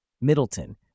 Middleton